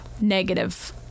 negative